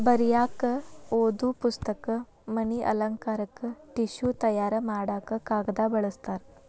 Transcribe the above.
ಬರಿಯಾಕ ಓದು ಪುಸ್ತಕ, ಮನಿ ಅಲಂಕಾರಕ್ಕ ಟಿಷ್ಯು ತಯಾರ ಮಾಡಾಕ ಕಾಗದಾ ಬಳಸ್ತಾರ